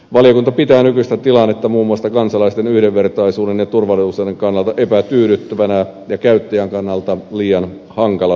valiokunta pitää nykyistä tilannetta muun muassa kansalaisten yhdenvertaisuuden ja turvallisuuden kannalta epätyydyttävänä ja käyttäjän kannalta liian hankalana käyttää